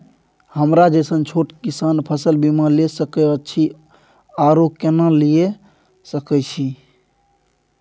हमरा जैसन छोट किसान फसल बीमा ले सके अछि आरो केना लिए सके छी?